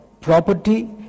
property